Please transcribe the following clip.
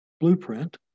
blueprint